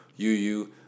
UU